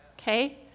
Okay